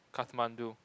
Kathmandu